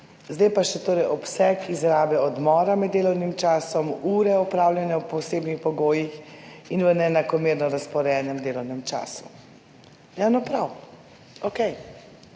zdaj pa še torej obseg izrabe odmora med delovnim časom, ure opravljene v posebnih pogojih in v neenakomerno razporejenem delovnem času. Ja, no, prav.